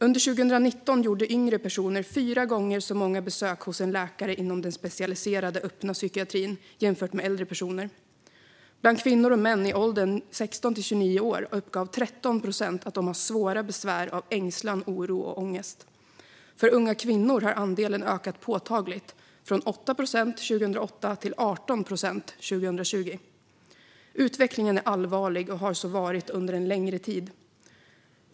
Under 2019 gjorde yngre personer fyra gånger så många besök hos en läkare inom den specialiserade öppna psykiatrin, jämfört med äldre personer. Bland kvinnor och män i åldern 16-29 år uppgav 13 procent att de har svåra besvär av ängslan, oro och ångest. För unga kvinnor har andelen ökat påtagligt, från 8 procent 2008 till 18 procent 2020. Utvecklingen är allvarlig och har så varit under en längre tid.